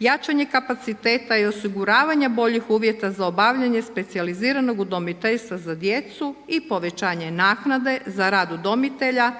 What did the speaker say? jačanje kapaciteta i osiguravanje boljih uvjeta za obavljanje specijaliziranog udomiteljstva za djecu i povećanje naknade za rad udomitelja